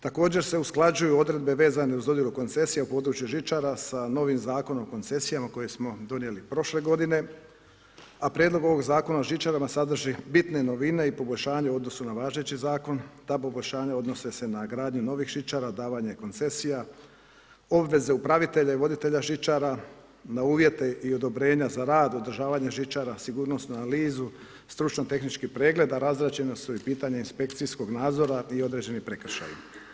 Također se usklađuju odredbe vezane uz dodjelu koncesija u području žičara sa novim Zakonom o koncesijama koje smo donijeli prošle godine, a prijedlog ovog Zakona o žičarama sadrži bitne novine i poboljšanje u odnosu na važeći zakon, ta poboljšanja odnose se na gradnju novih žičara, davanje koncesija, obveze upravitelja i voditelja žičara na uvjete i odobrenja za rad, održavanje žičara, sigurnosnu analizu, stručno tehnički pregled, a razrađena su i pitanja inspekcijskog nadzora i određeni prekršaji.